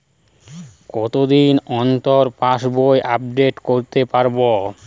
কতদিন অন্তর পাশবই আপডেট করতে পারব?